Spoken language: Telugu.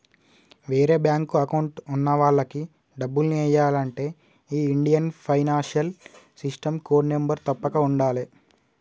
వేరే బ్యేంకు అకౌంట్ ఉన్న వాళ్లకి డబ్బుల్ని ఎయ్యాలంటే ఈ Indian financial system code number తప్పక ఉండాలే